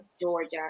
Georgia